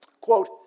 Quote